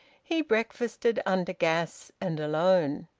he breakfasted under gas and alone.